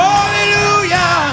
Hallelujah